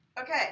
okay